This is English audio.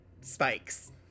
spikes